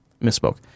misspoke